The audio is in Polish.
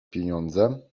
pieniądze